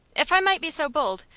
if i might be so bold,